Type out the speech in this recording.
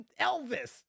Elvis